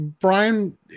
Brian